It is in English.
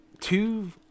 two